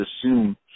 assume